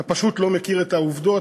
אתה פשוט לא מכיר את העובדות,